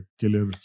killer